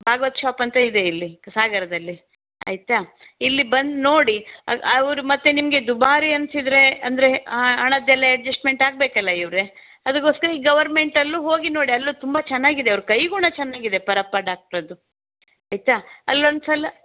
Bhagwat shop ಅಂತ ಇದೆ ಇಲ್ಲಿ ಸಾಗರದಲ್ಲಿ ಆಯಿತಾ ಇಲ್ಲಿ ಬಂದು ನೋಡಿ ಅವರು ಮತ್ತೆ ನಿಮಗೆ ದುಬಾರಿ ಅನಿಸಿದ್ರೆ ಅಂದರೆ ಹಣದ್ದೆಲ್ಲ ಅಡ್ಜಸ್ಟ್ಮೆಂಟ್ ಆಗಬೇಕಲ್ಲ ಇವರೆ ಅದಕ್ಕೋಸ್ಕರ ಈ ಗವರ್ಮೆಂಟಲ್ಲೂ ಹೋಗಿ ನೋಡಿ ಅಲ್ಲೂ ತುಂಬ ಚೆನ್ನಾಗಿದೆ ಅವರ ಕೈ ಗುಣ ಚೆನ್ನಾಗಿದೆ ಪರಪ್ಪ ಡಾಕ್ಟ್ರದ್ದು ಆಯಿತಾ ಅಲ್ಲೊಂದು ಸಲ